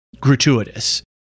gratuitous